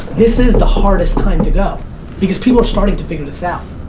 this is the hardest time to go because people are starting to figure this out.